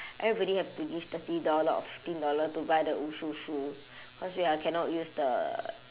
everybody have to give thirty dollar or fifteen dollar to buy the 武术 shoe cause we're cannot use the